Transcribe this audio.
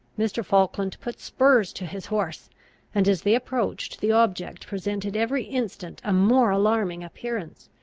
mr. falkland put spurs to his horse and, as they approached, the object presented every instant a more alarming appearance.